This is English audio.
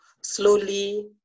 slowly